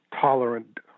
tolerant